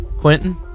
Quentin